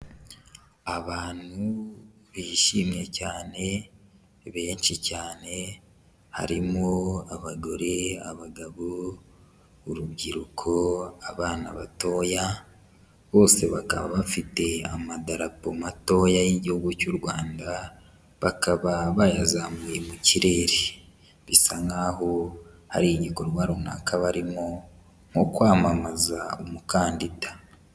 Abantu bishimye cyane benshi cyane, harimo abagore, abagabo, urubyiruko, abana batoya bose bakaba bafite amadarapo matoya y'Igihugu cy'u Rwanda, bakaba bayazamuye mu kirere. Bisa nk'aho hari igikorwa runaka barimo, nko kwamamaza umukandida.